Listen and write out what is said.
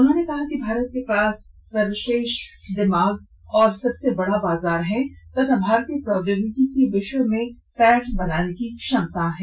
उन्होंने कहा कि भारत के पास सर्वश्रेष्ठी दिमाग और सबसे बड़ा बाजार है तथा भारतीय प्रोद्योगिकी की विश्व में पैठ बनाने की क्षमता है